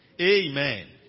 Amen